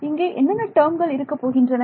இங்கே என்னன்ன டேர்ம்கள் இருக்கப் போகின்றன